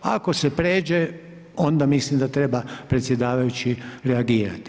Ako se pređe onda mislim da treba predsjedavajući reagirati.